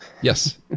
Yes